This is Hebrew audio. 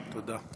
תודה.